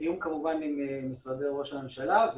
בתיאום כמובן עם משרד ראש הממשלה,